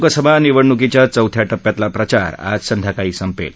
लोकसभा निवडणुकीच्या चौथ्या टप्प्यातला प्रचार आज संध्याकाळी संपेल